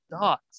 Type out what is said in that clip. dots